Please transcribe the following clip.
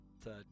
third